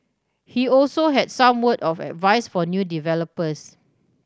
he also had some word of advice for new developers